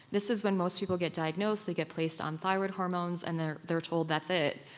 this is when most people get diagnosed, they get placed on thyroid hormones and they're they're told that's it.